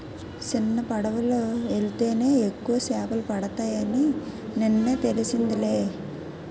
సిన్నపడవలో యెల్తేనే ఎక్కువ సేపలు పడతాయని నిన్నే తెలిసిందిలే